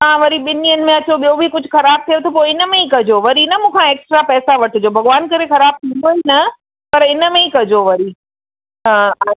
तव्हां वरी ॿिनि ॾींहंनि में अचो ॿियो बि कुझु ख़राबु थिए त पोइ इन में ई कजो वरी न मूं खां एक्स्ट्रा पैसा वठिजो भॻवान करे ख़राबु थींदो ई न पर हिन में ई कजो वरी हा हा